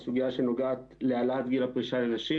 היא סוגיה שנוגעת להעלאת גיל הפרישה לנשים.